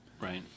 Right